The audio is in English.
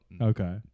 Okay